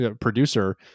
producer